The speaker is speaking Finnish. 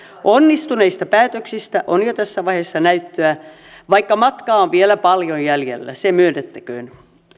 onnistuneista päätöksistä on jo tässä vaiheessa näyttöä vaikka matkaa on vielä paljon jäljellä se myönnettäköön